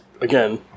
again